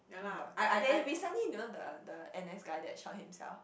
doctor they recently you know the the N_S guy that shot himself